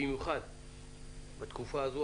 במיוחד בתקופה הזו,